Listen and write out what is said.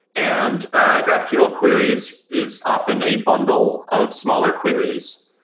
and ah graphql queries is often a bundle of smaller queries,